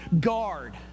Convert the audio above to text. guard